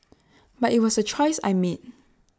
but IT was A choice I made